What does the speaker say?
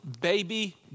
baby